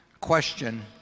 question